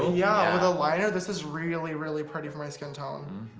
yeah, with a liner this is really really pretty for my skin tone.